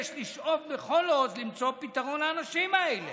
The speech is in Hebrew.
על זה אתה יכול לשמוע אותי אחר כך.